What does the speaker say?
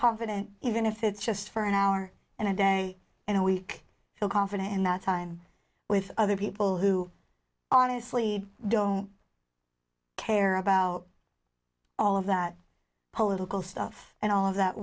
confident even if it's just for an hour and a day and we feel confident in that time with other people who honestly don't care about all of that political stuff and all of that